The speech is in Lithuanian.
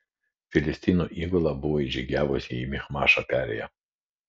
filistinų įgula buvo įžygiavusi į michmašo perėją